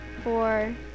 four